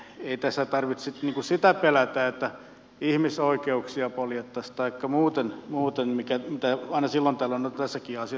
ei tässä tarvitse sitä pelätä että ihmisoi keuksia poljettaisiin taikka muuta mitä aina silloin tällöin mutta sekin asia